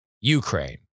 Ukraine